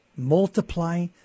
Multiply